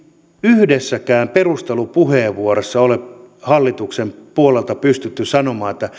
yhdessäkään perustelupuheenvuorossa ole hallituksen puolelta pystytty sanomaan